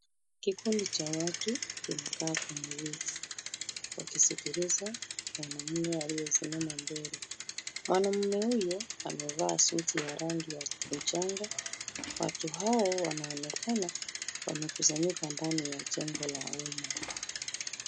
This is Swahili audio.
Kikundi cha watu kimekaa kwenye viti wakisikiliza mwanaume aliyesimama mbele. Mwanaume huyo amevaa suti ya rangi ya mchanga. Watu hao wanaonekana wamekusanyika ndani ya jengo la umma.